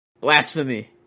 Blasphemy